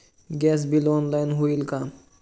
Gas bill online होईल का?